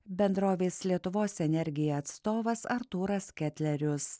bendrovės lietuvos energija atstovas artūras ketlerius